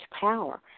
power